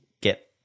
get